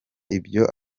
ibyo